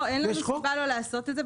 לא, אין לנו סיבה לא לעשות את זה.